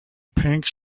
pink